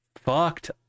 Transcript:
Fucked